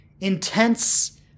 intense